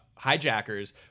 Hijackers